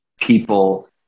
people